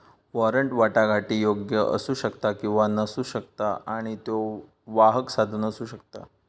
warrant वाटाघाटीयोग्य असू शकता किंवा नसू शकता आणि त्यो वाहक साधन असू शकता